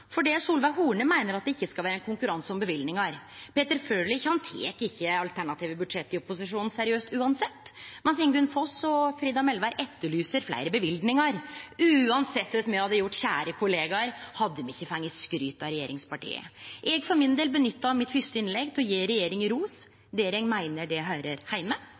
Solveig Horne meiner at det ikkje skal vere ein konkurranse om løyvingar, Peter Frølich tek ikkje alternative budsjett frå opposisjonen seriøst uansett, mens Ingunn Foss og Frida Melvær etterlyser fleire løyvingar. Uansett korleis me hadde gjort det, kjære kollegaer, hadde me ikkje fått skryt av regjeringspartia. Eg for min del nytta det første innlegget mitt til å gje regjeringa ros der eg meiner det høyrer heime.